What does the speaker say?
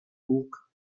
bug